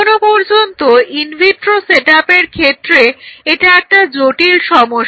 এখনো পর্যন্ত ইনভিট্রো সেটআপের ক্ষেত্রে এটা একটা জটিল সমস্যা